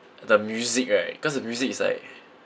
the music right cause the music is like